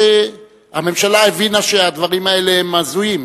שהממשלה הבינה שהדברים האלה הם הזויים.